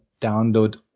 download